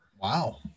wow